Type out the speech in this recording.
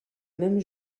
même